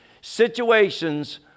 situations